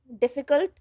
difficult